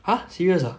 !huh! serious ah